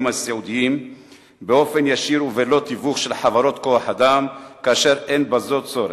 הסיעודיים באופן ישיר ובלא תיווך של חברת כוח-אדם כאשר אין בזה צורך.